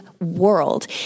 world